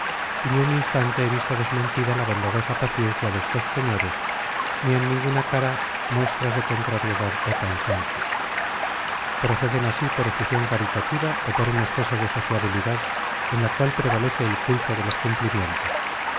y ni un instante he visto desmentida la bondadosa paciencia de estos señores ni en ninguna cara muestras de contrariedad o cansancio proceden así por efusión caritativa o por un exceso de sociabilidad en la cual prevalece el culto de los cumplimientos